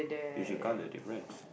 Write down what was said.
you should count the difference